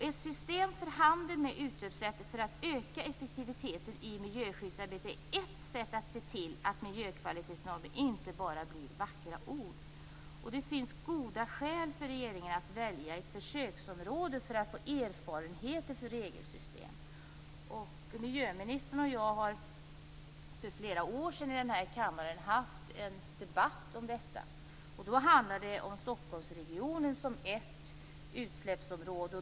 Ett system för handel med utsläppsrätter för att öka effektiviteten i miljöskyddsarbetet är alltså ett sätt att se till att miljökvalitetsnormerna inte bara blir vackra ord. Det finns goda skäl för regeringen att välja ett försöksområde för att få erfarenheter när det gäller detta med regelsystem. Miljöministern och jag hade för flera år sedan i denna kammare en debatt om Stockholmsregionen som ett utsläppsområde.